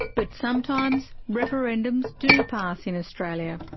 but sometimes referendums do pass in australia.